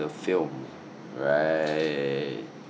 the film right